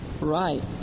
Right